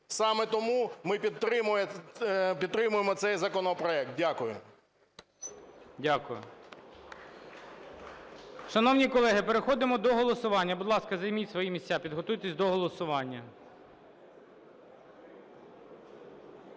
Саме тому ми підтримуємо цей законопроект. Дякую. ГОЛОВУЮЧИЙ. Дякую. Шановні колеги, переходимо до голосування. Будь ласка, займіть свої місця, підготуйтесь до голосування.